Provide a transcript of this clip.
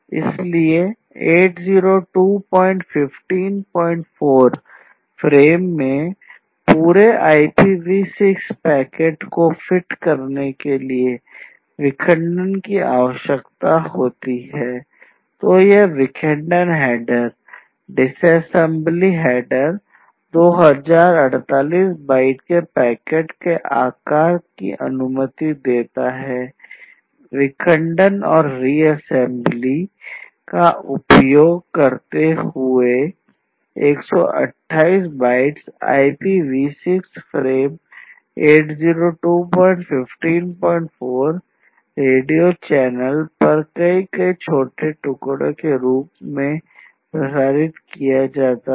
इसलिए IEEE 802154 frame पर कई छोटे टुकड़े के रूप में प्रसारित किया जाता है